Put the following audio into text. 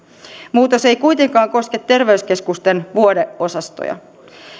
muutos ei kuitenkaan koske terveyskeskusten vuodeosastoja